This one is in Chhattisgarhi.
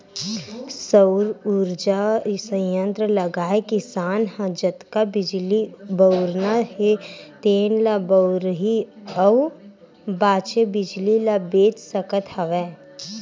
सउर उरजा संयत्र लगाए किसान ह जतका बिजली बउरना हे तेन ल बउरही अउ बाचे बिजली ल बेच सकत हवय